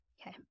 Okay